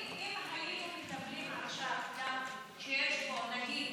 אם היינו מקבלים עכשיו שיש פה, נגיד